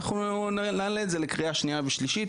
אנחנו נעלה את זה לקריאה שנייה ושלישית